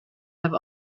have